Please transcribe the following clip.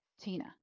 Tina